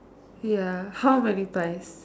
ya how many piles